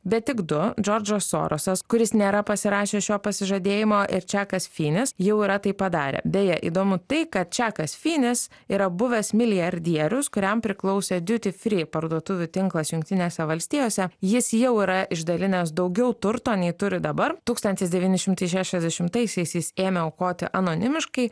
bet tik du džordžas sorosas kuris nėra pasirašęs šio pasižadėjimo ir čekas finis jau yra tai padarę beje įdomu tai kad čekas finis yra buvęs milijardierius kuriam priklausė duty free parduotuvių tinklas jungtinėse valstijose jis jau yra išdalinęs daugiau turto nei turi dabar tūkstantis devyni šimtai šešiasdešimtaisiais jis ėmė aukoti anonimiškai